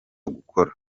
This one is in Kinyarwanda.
gukora